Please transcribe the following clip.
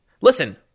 Listen